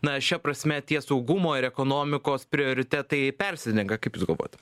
na šia prasme tie saugumo ir ekonomikos prioritetai persidengia kaip jūs galvojat